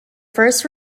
first